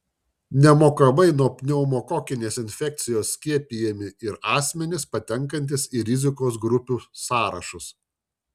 nemokamai nuo pneumokokinės infekcijos skiepijami ir asmenys patenkantys į rizikos grupių sąrašus